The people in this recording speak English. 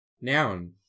Noun